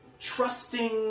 Trusting